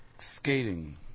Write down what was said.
Skating